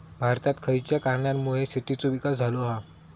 भारतात खयच्या कारणांमुळे शेतीचो विकास झालो हा?